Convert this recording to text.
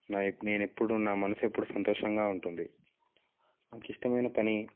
నా ఎప్పుడు నేను ఎప్పుడు నా మనసు ఎప్పుడు సంతోషంగా ఉంటుంది నాకు ఇష్టమైన పని